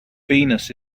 venus